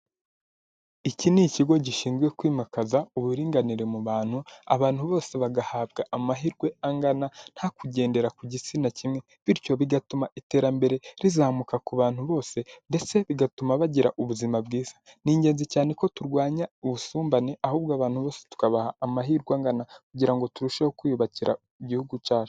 Iki ni ikigo gishinzwe kwimakaza uburinganire mu bantu, abantu bose bagahabwa amahirwe angana, nta kugendera ku gitsina kimwe, bityo bigatuma iterambere rizamuka ku bantu bose, ndetse bigatuma bagira ubuzima bwiza. Ni ingenzi cyane ko turwanya ubusumbane, ahubwo abantu bose tukabaha amahirwe angana kugira ngo turusheho kwiyubakira Igihugu cyacu.